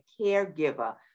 caregiver